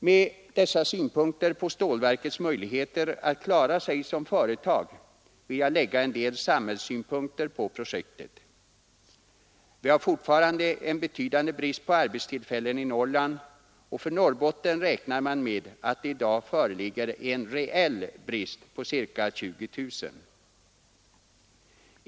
Till dessa synpunkter på stålverkets möjligheter att klara sig som företag vill jag lägga en del samhällssynpunkter på projektet. Vi har fortfarande en avsevärd brist på arbetstillfällen i Norrland; för Norrbotten räknar man med att det i dag föreligger en reell brist på ca 20 000.